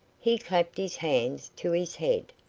he clapped his hands to his head.